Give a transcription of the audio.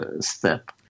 step